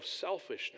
selfishness